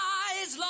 eyes